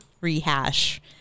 rehash